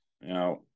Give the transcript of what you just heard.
Now